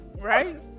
Right